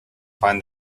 find